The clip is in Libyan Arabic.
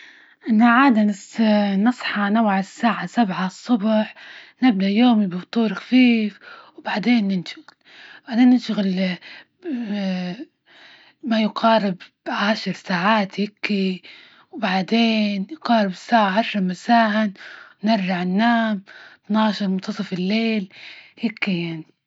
أنا عادة نصحى نوع الساعة سبعة الصبح نبدأ يومي بفطور خفيف وبعدين نشوف بعدين نشغل ما يقارب عشر ساعات هيكي، وبعدين يقارب الساعة عشر مساء، نرجع ننام اثنى عشر منتصف الليل، هيكي يعني.